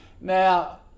Now